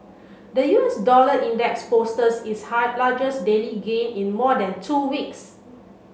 the U S dollar index posted its largest daily gain in more than two weeks